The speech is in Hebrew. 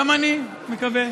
גם אני מקווה.